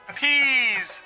peas